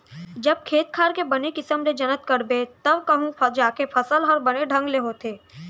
जब खेत खार के बने किसम ले जनत करबे तव कहूं जाके फसल हर बने ढंग ले होथे